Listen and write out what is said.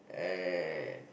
and